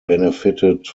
benefited